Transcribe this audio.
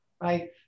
right